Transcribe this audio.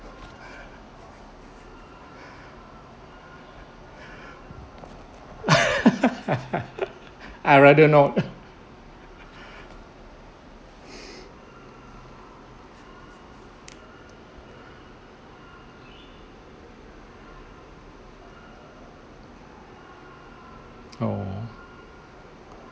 I rather not oh